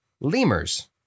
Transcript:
lemurs